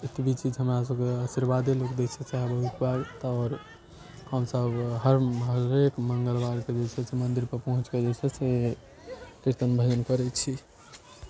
एतबे चीज हमरा सबकऽ आशिर्वादे लोक दै छै सएह बहुत बात और हमसब हर हरेक मंगलवार जे छै से मंदिर पर पहुँच कऽ जे छै से किर्तन भजन करै छी